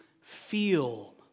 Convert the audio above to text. feel